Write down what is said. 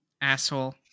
asshole